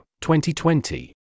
2020